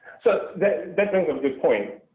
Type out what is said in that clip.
so that that brings up a good point.